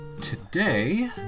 today